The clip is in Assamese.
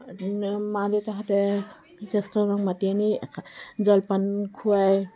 নিয়ম মা দেউতাহঁতে জ্যেষ্ঠজনক মাতি আনি জলপান খোৱাই